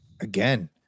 Again